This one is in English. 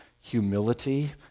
humility